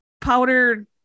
powder